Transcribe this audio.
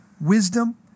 wisdom